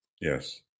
Yes